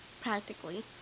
Practically